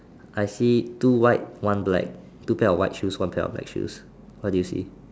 I see two white one black two pair of white shoes one pair of black shoes what do you see